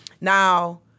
Now